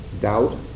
doubt